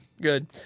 Good